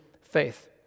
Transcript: faith